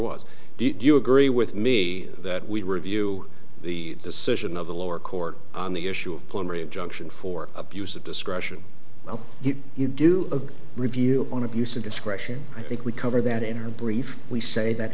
was do you agree with me that we review the decision of the lower court on the issue of plummer a junction for abuse of discretion well you do a review on abuse of discretion i think we cover that in our brief we say that